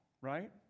right